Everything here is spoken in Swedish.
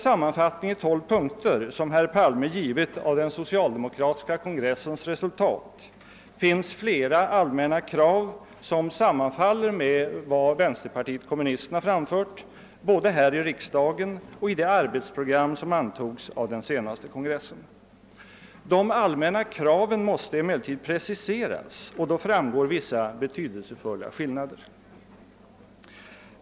som herr Palme givit av den socialdemokratiska kongressens resultat finns flera allmänna krav som sammanfaller med vad vänsterpartiet kommunisterna framfört både här i riksdagen och i det arbetsprogram som antogs av den senaste kongressen. De allmänna kraven måste emellertid preciseras, och då framgår vissa betydelsefulla skillnader.